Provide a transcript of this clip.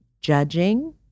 judging